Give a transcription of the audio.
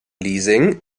leasing